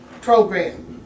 program